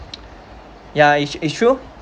ya it it's true